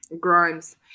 Grimes